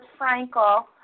Frankel